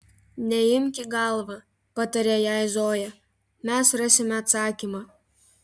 neimk į galvą patarė jai zoja mes rasime atsakymą